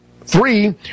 three